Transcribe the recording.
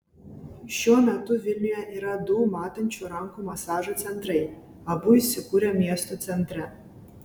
šiuo metu vilniuje yra du matančių rankų masažo centrai abu įsikūrę miesto centre